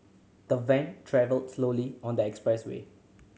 the van travelled slowly on the expressway